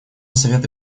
совета